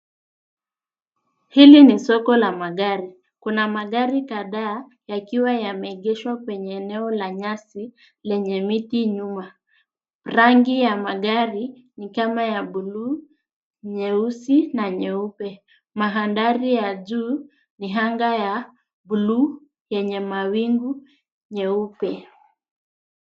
Hii ni sehemu ya soko la magari. Kuna magari kadhaa yaliyopaki kwenye eneo la nyasi lenye miti nyuma yake. Rangi za magari hayo ni kama buluu, nyeusi na nyeupe. Mandhari ya juu yanaonyesha anga ya buluu yenye mawingu meupe.